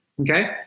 Okay